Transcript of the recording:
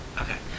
Okay